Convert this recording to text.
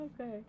Okay